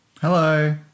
Hello